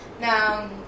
Now